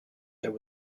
there